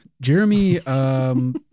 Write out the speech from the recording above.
Jeremy